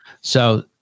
So-